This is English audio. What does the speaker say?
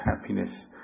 happiness